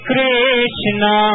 Krishna